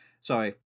Sorry